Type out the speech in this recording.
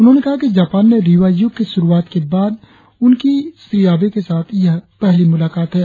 उन्होंने कहा कि जापान में रीवा युग की शुरुआत के बाद उनकी श्री आबे के साथ यह पहली मुलाकात है